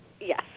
yes